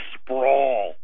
sprawl